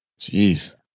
jeez